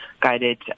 guided